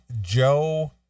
Joe